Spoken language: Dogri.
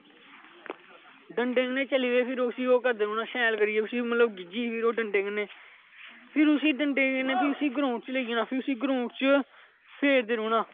डंडे कन्नै चलियै फिर उसी ओह् करदे रौहना शैल करियै फिर ओह् डंडे कन्नै फिर उसी डंडे कन्नै उसी ग्रांउड च लेई जाना फिर उसी ग्रांउड च फेरदे रौहना